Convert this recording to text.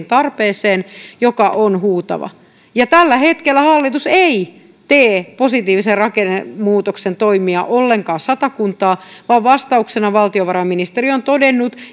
tarpeeseen joka on huutava tällä hetkellä hallitus ei tee positiivisen rakennemuutoksen toimia ollenkaan satakuntaan vaan vastauksena valtiovarainministeri on todennut